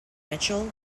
mitchell